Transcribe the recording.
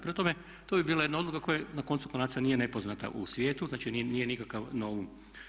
Prema tome, to bi bila jedna odluka koja na koncu konaca nije nepoznata u svijetu, znači nije nikakav novum.